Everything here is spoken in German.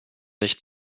nicht